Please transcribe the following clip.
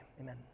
Amen